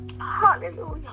Hallelujah